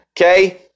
okay